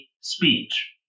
speech